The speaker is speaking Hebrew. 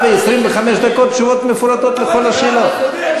ו-25 דקות תשובות מפורטות על כל השאלות.